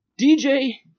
DJ